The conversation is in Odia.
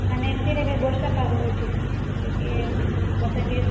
ମାନେ ଏମିତିରେ ବି ବର୍ଷା ପାଗ ହେଉଛି କି ନାଇଁ ଟିକିଏ ବର୍ଷା ଟିକିଏ